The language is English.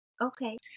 okay